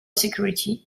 security